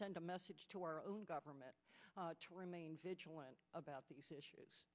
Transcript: send a message to our own government to remain vigilant about these issues